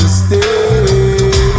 stay